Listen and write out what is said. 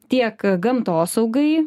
tiek gamtosaugai